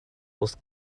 wrth